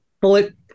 Bullet